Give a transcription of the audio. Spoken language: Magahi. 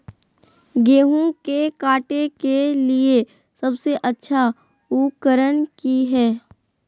गेहूं के काटे के लिए सबसे अच्छा उकरन की है?